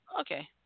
Okay